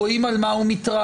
רואים על מה הוא מתראיין,